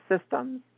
systems